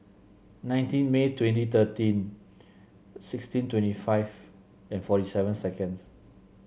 nineteen May twenty thirteen sixteen twenty five and forty seven seconds